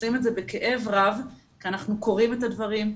עושים את זה בכאב רב כי אנחנו קוראים את הדברים,